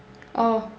oh